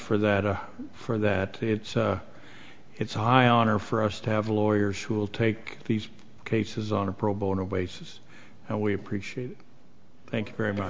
for that one for that it's it's a high honor for us to have lawyers who will take these cases on a pro bono basis and we appreciate it thank you very much